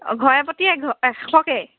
অঁ ঘৰে প্ৰতি এ এশকৈ